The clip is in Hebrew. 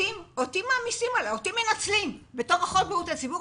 אבל אותי מנצלים ומעמיסים עליי בתור אחות לבריאות הציבור.